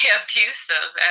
abusive